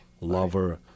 Lover